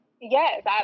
Yes